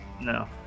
No